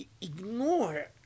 ignore